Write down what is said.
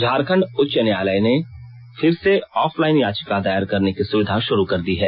झारखंड उच्च न्यायालय में फिर से ऑफलाइन याचिका दायर करने की सुविधा शुरू कर दी गई है